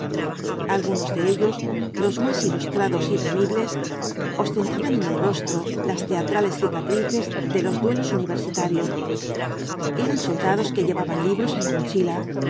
algunos de ellos los más ilustrados y temibles ostentaban en el rostro las teatrales cicatrices de los duelos universitarios eran soldados que llevaban libros en la mochila